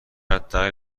حداقل